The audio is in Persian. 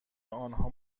آنها